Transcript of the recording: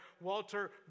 Walter